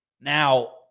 Now